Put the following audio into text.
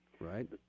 Right